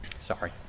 sorry